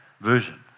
version